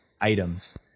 items